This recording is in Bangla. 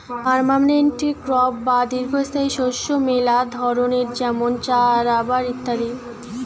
পার্মানেন্ট ক্রপ বা দীর্ঘস্থায়ী শস্য মেলা ধরণের যেমন চা, রাবার ইত্যাদি